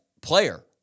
player